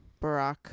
Barack